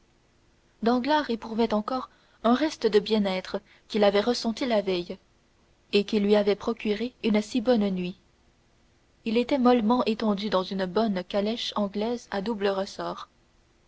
danglars éprouvait encore un reste du bien-être qu'il avait ressenti la veille et qui lui avait procuré une si bonne nuit il était mollement étendu dans une bonne calèche anglaise à doubles ressorts